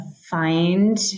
find